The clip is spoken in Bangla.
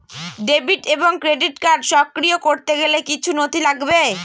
ডেবিট এবং ক্রেডিট কার্ড সক্রিয় করতে গেলে কিছু নথি লাগবে?